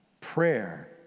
Prayer